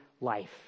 life